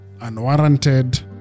unwarranted